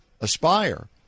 aspire